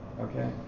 okay